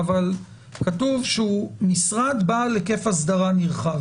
כתוב: משרד בעל היקף אסדרה נרחב.